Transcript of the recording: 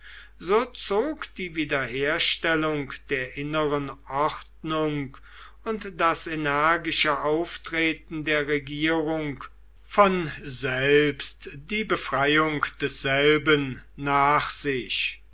so zog die wiederherstellung der inneren ordnung und das energische auftreten der regierung von selbst die befreiung desselben nach sich